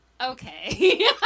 Okay